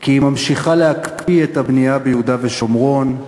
כי היא ממשיכה להקפיא את הבנייה ביהודה ושומרון,